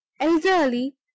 elderly